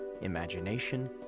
imagination